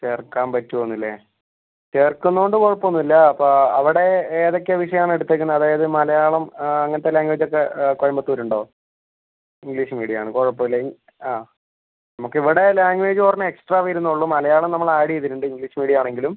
ചേർക്കാൻ പറ്റുവോ എന്ന് അല്ലേ ചേർക്കുന്നതുകൊണ്ട് കുഴപ്പം ഒന്നും ഇല്ല അപ്പം അവിടെ ഏതൊക്കെ വിഷയം ആണ് എടുത്തേക്കുന്നത് അതായത് മലയാളം അങ്ങനത്തെ ലാംഗ്വേജ് ഒക്കെ കോയമ്പത്തൂർ ഉണ്ടോ ഇംഗ്ലീഷ് മീഡിയം ആണ് കുഴപ്പം ഇല്ല ആ നമുക്ക് ഇവിടെ ലാംഗ്വേജ് ഒരെണ്ണം എക്സ്ട്രാ വരുന്നുള്ളൂ മലയാളം നമ്മൾ ആഡ് ചെയ്തിട്ടുണ്ട് ഇംഗ്ലീഷ് മീഡിയം ആണെങ്കിലും